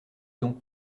donc